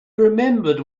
remembered